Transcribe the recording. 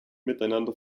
miteinander